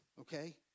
okay